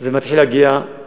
זה מתחיל לחצות